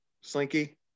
Slinky